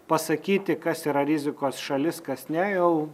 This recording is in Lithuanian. pasakyti kas yra rizikos šalis kas ne jau